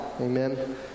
Amen